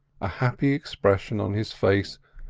a happy expression on his face,